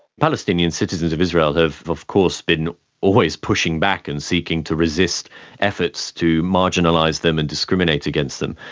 palestinian citizens of israel have of course been always pushing back and seeking to resist efforts to marginalise them and discriminate against them,